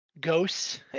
ghosts